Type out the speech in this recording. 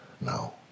now